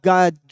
God